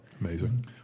amazing